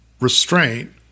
restraint